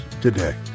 today